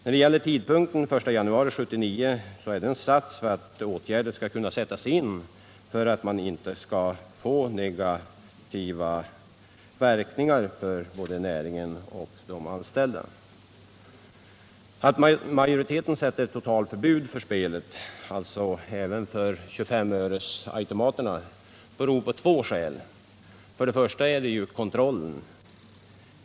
Tidpunkten — den 1 januari 1979 — för stoppet är satt så att åtgärder skall kunna vidtas för att man inte skall få negativa verkningar för näringen och de anställda. Majoriteten föreslår ett totalförbud för spelet — alltså även för 25-öresautomaterna — av två skäl. Först gäller det kontrollen.